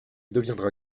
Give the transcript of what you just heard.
deviendra